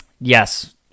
Yes